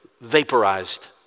Vaporized